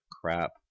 crap